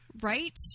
Right